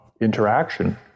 interaction